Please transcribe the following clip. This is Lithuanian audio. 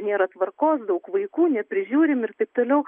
nėra tvarkos daug vaikų neprižiūrimi ir taip toliau